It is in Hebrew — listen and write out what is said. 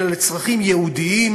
אלא לצרכים ייעודיים,